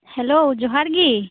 hello ᱡᱚᱦᱟᱨᱜᱤ